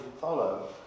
follow